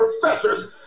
professors